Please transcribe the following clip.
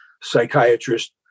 psychiatrist